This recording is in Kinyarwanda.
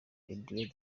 didier